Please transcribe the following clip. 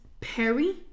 Perry